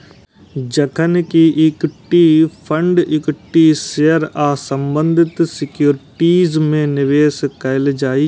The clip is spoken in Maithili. जखन कि इक्विटी फंड इक्विटी शेयर आ संबंधित सिक्योरिटीज मे निवेश कैल जाइ छै